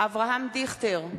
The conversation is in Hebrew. אברהם דיכטר,